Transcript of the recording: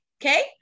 Okay